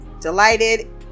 delighted